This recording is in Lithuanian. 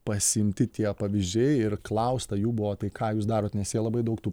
pasiimti tie pavyzdžiai ir klausta jų buvo tai ką jūs darot nes jie labai daug tų